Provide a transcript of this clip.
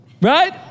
right